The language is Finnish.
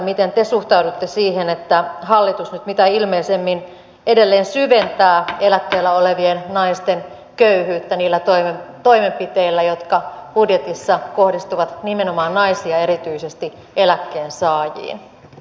miten te suhtaudutte siihen että hallitus nyt mitä ilmeisimmin edelleen syventää eläkkeellä olevien naisten köyhyyttä niillä toimenpiteillä jotka budjetissa kohdistuvat nimenomaan naisiin ja erityisesti eläkkeensaajiin